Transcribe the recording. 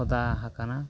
ᱠᱷᱚᱫᱟ ᱦᱟᱠᱟᱱᱟ